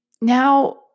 now